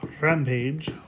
Rampage